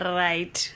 right